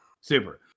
Super